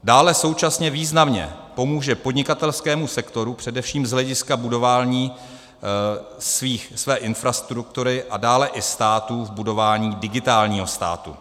Dále současně významně pomůže podnikatelskému sektoru především z hlediska budování své infrastruktury a dále i státu v budování digitálního státu.